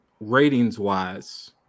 ratings-wise